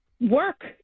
work